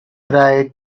tried